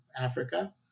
Africa